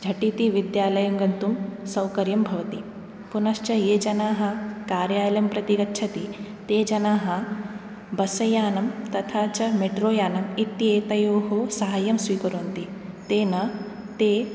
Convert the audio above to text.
झटिति विद्यालयं गन्तुं सौकर्यं भवति पुनश्च ये जनाः कार्यालयं प्रति गच्छति ते जनाः बस् यानं तथा च मेट्रो यानम् इति एतयोः साहाय्यं स्वीकुर्वन्ति तेन ते